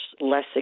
less